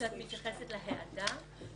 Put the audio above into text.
כשאת מתייחסת להעדה?